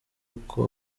uko